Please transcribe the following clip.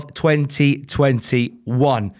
2021